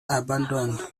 abandoned